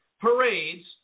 parades